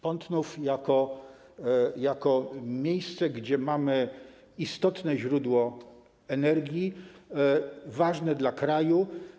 Pątnów jako miejsce, gdzie mamy istotne źródło energii, ważne dla kraju.